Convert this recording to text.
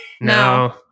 No